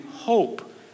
hope